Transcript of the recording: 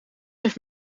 heeft